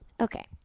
okay